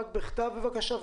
בכתב בבקשה.